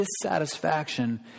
dissatisfaction